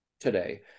today